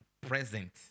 present